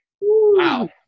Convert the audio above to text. Wow